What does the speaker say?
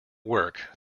work